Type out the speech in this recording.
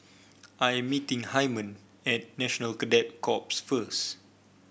I'm meeting Hyman at National Cadet Corps first